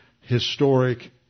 historic